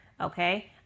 okay